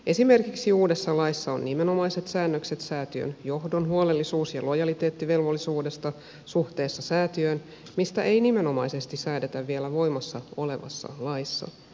esimerkiksi uudessa laissa on nimenomaiset säännökset säätiön johdon huolellisuus ja lojaliteettivelvollisuudesta suhteessa säätiöön mistä ei nimenomaisesti säädetä vielä voimassa olevassa laissa